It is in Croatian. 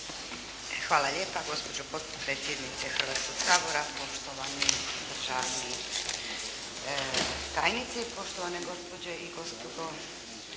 Hvala lijepa gospođo potpredsjednice Hrvatskoga sabora, poštovani državni tajnici, poštovane gospođe i gospodo